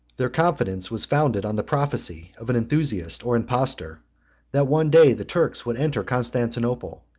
their confidence was founded on the prophecy of an enthusiast or impostor that one day the turks would enter constantinople,